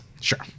sure